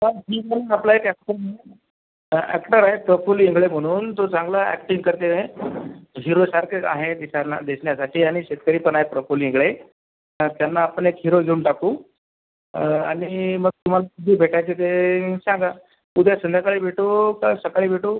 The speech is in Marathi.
आपला एक अॅ अॅक्टर आहे प्रफुल इंगळे म्हणून तो चांगला अॅक्टिंग करते झीरोसारखे आहे दिसांना दिसण्यासाठी आणि शेतकरी पण आहे प्रफुल इंगळे तर त्यांना आपण एक हीरो घेऊन टाकू आणि मग तुम्हाला कुठे भेटायचं ते सांगा उद्या संध्याकाळी भेटू का सकाळी भेटू